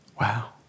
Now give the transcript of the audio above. Wow